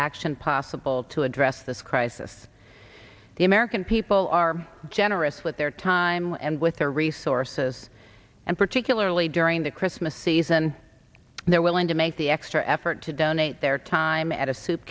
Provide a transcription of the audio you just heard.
action possible to address this crisis the american people are generous with their time and with their resources and particularly during the christmas season they're willing to make the extra effort to donate their time at a soup